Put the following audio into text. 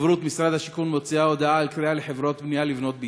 דוברות משרד השיכון מוציאה הודעה על קריאה לחברות בנייה לבנות בישראל,